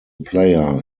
player